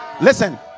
Listen